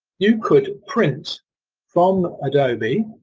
you could print from adobe,